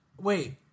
Wait